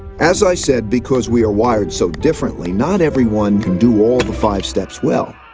as i said, because we are wired so differently, not everyone can do all the five steps well.